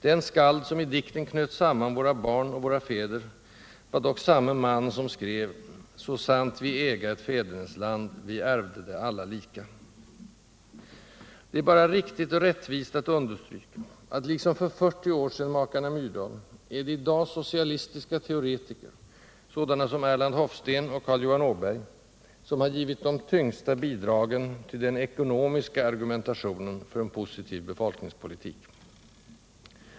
Den skald som i dikten knöt samman våra barn och våra fäder var dock samme man som skrev: ”Så sant vi äga ett fädernesland, vi ärvde det alla lika.” Det är bara riktigt och rättvist att understryka att det i dag, liksom för 40 år sedan makarna Myrdal, är socialistiska teoretiker, sådana som Erland Hofsten och Carl Johan Åberg, som har givit de tyngsta bidragen till den ekonomiska argumentationen för en positiv befolkningspolitik.